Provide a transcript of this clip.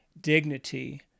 dignity